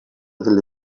delle